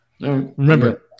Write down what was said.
Remember